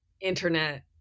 internet